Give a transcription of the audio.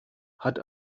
hat